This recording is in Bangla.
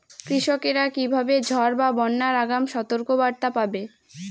কৃষকেরা কীভাবে ঝড় বা বন্যার আগাম সতর্ক বার্তা পাবে?